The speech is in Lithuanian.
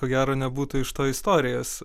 ko gero nebūtų iš to istorijos